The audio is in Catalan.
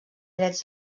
drets